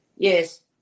Yes